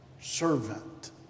servant